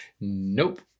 Nope